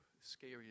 scary